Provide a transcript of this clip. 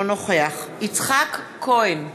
אינו נוכח יצחק כהן,